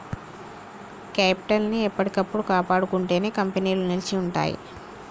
capital ని ఎప్పటికప్పుడు కాపాడుకుంటేనే కంపెనీలు నిలిచి ఉంటయ్యి